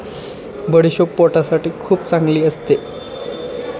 बडीशेप पोटासाठी खूप चांगली असते